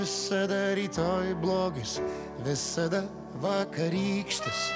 visada rytoj blogis visada vakarykštis